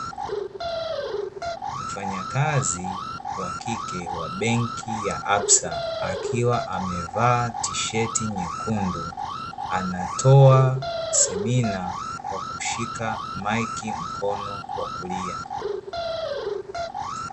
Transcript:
Mfanyakazi wa kike wa "Benki ya Absa", akiwa amevaa tisheti Nyekundu, anatoa semina kwa kushika maiki mkono wa kulia.